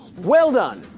well done!